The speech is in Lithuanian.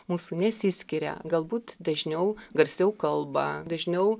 mūsų nesiskiria galbūt dažniau garsiau kalba dažniau